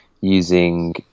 using